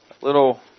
little